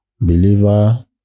believer